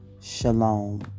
Shalom